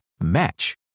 match